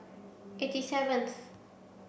eighty seventh